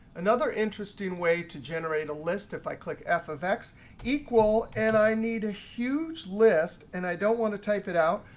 another interesting way to generate a list, if i click f of x equal and i need a huge list and i don't want to type it out,